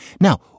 Now